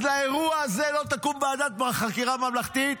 אז לאירוע הזה לא תקום ועדת חקירה ממלכתית?